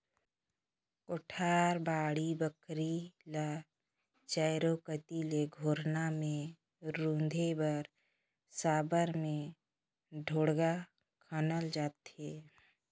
कोठार, बाड़ी बखरी ल चाएरो कती ले घोरना मे रूधे बर साबर मे ढोड़गा खनल जाथे